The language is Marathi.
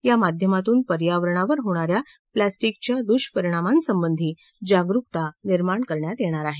या माध्यमातून पर्यावरणावर होणाऱ्या प्लॉस्टिकच्या दुष्परिणामासंबंधी जागरुकता निर्माण करण्यात येणार आहे